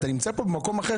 אתה נמצא פה במקום אחר,